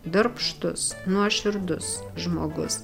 darbštus nuoširdus žmogus